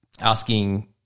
asking